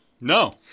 No